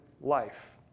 life